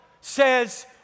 says